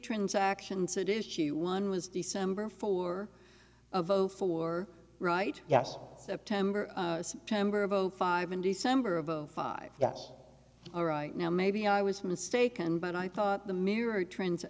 transactions that issue one was december for a vote for right yes september september of zero five in december of zero five yes all right now maybe i was mistaken but i thought the mirror trends